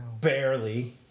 Barely